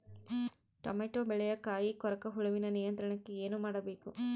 Tomato ಬೆಳೆಯ ಕಾಯಿ ಕೊರಕ ಹುಳುವಿನ ನಿಯಂತ್ರಣಕ್ಕೆ ಏನು ಮಾಡಬೇಕು?